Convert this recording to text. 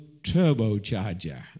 turbocharger